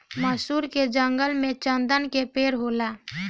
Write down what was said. मैसूर के जंगल में चन्दन के पेड़ होला